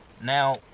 Now